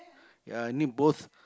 ya I need both